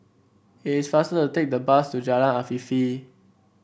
it is faster to take the bus to Jalan Afifi